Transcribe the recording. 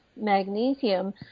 magnesium